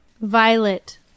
Violet